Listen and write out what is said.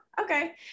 okay